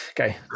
Okay